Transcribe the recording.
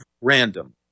random